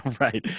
right